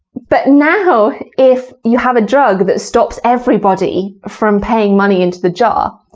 but now if you have a drug that stops everybody from paying money into the jar,